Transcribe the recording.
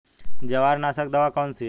जवार नाशक दवा कौन सी है?